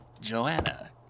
Joanna